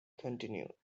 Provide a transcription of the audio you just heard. continued